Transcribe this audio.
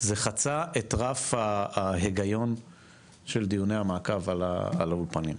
זה חצה את רף ההיגיון של דיוני המעקב על האולפנים,